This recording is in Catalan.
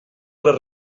les